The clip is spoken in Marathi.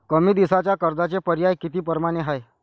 कमी दिसाच्या कर्जाचे पर्याय किती परमाने हाय?